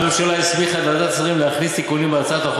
הממשלה הסמיכה את ועדת השרים להכניס תיקונים בהצעת החוק